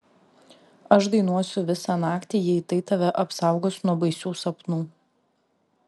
aš dainuosiu visą naktį jei tai tave apsaugos nuo baisių sapnų